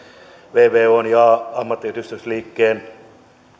esille vvon ja ammattiyhdistysliikkeen